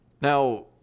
Now